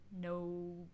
no